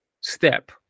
step